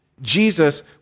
Jesus